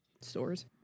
stores